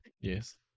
yes